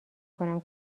کنم